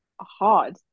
hard